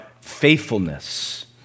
faithfulness